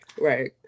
right